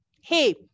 Hey